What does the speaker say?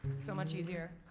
so much easier.